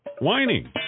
whining